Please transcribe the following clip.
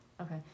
Okay